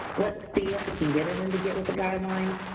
let's see if we can get it into get with the guidelines.